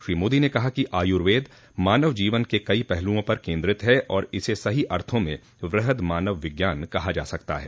श्री मोदी ने कहा कि आयुर्वेद मानव जीवन के कई पहलुओं पर केंद्रित है और इसे सही अर्थों में वृहद मानव विज्ञान कहा जा सकता है